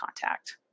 contact